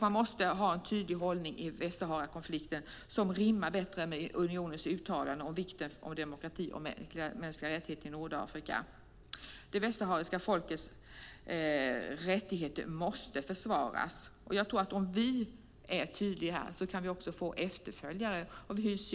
Man måste ha en tydlig hållning i Västsaharakonflikten som rimmar bättre med unionens uttalande om vikten av demokrati och mänskliga rättigheter i Nordafrika. Det västsahariska folkets rättigheter måste försvaras. Om vi är tydliga kan vi få efterföljare.